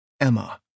Emma